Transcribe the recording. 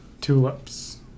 Tulips